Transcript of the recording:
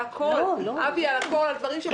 על הכול צריך את ועדת החריגים.